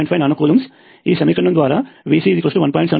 5 nano coulombs ఈ సమీకరణము ద్వారా వస్తుంది కాబట్టి VC1